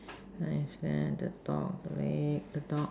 science fair the dog wait the dog